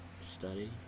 Study